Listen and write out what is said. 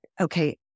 okay